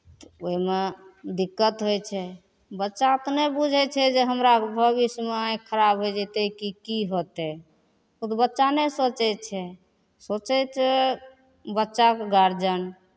ओहिमे दिक्कत होइ छै बच्चा तऽ नहि बूझै छै जे हमरा भविष्यमे आँखि खराब होय जयतै कि की होतै ओ तऽ बच्चा नहि सोचै छै सोचै छै बच्चाके गारजन